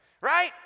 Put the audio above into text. right